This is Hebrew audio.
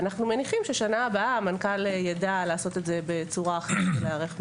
אנחנו מניחים שבשנה הבאה המנכ"ל ידע לעשות זאת בצורה אחרת ולהיערך מראש.